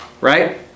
right